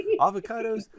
Avocados